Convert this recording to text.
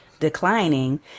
Declining